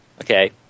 Okay